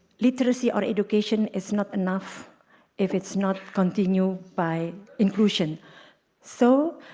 literacy or education is not enough if it's not continue by inclusion so